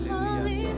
Holy